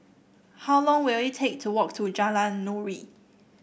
how long will it take to walk to Jalan Nuri